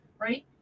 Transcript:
right